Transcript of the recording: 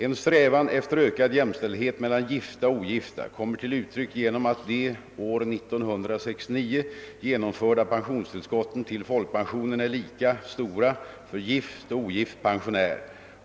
En strävan efter ökad jämställdhet mellan gifta och ogifta kommer till uttryck genom att de år 1969 införda pensionstillskotten till folkpension är lika stora för gift och ogift pensionär.